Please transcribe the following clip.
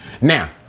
Now